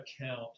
account